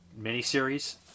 miniseries